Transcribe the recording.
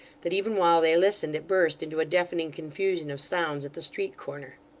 that, even while they listened, it burst into a deafening confusion of sounds at the street corner.